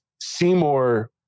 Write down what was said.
Seymour